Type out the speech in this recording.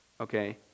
okay